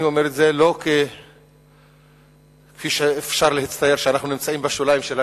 אני אומר את זה לא כפי שאפשר להצטייר שאנחנו נמצאים בשוליים של הכנסת,